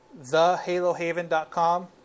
thehalohaven.com